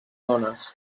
dones